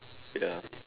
ya